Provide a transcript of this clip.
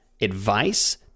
advice